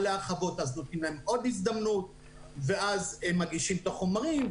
אז נותנים להם עוד הזדמנות ואז הם מגישים את החומרים,